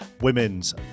women's